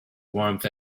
warmth